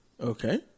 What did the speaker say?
Okay